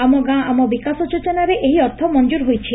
ଆମ ଗାଁ ଆମ ବିକାଶ ଯୋଜନାରେ ଏହି ଅର୍ଥ ମଞ୍ଠର ହୋଇଛି